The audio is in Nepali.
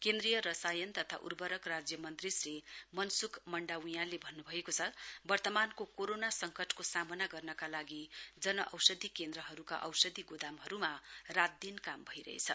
केन्द्रीय रसायन तथा उर्वरक राज्य मन्त्री श्री मनसुख मंडावियांले भन्नुभएको छ वर्तमानको कोरोना संकटको सामना गर्नका लागि जन औषधि केनद्रहरुका औषधि गोदामहरुमा रात दिन काम भइरहेछ